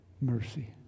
mercy